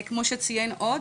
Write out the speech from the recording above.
כמו שציין הוד,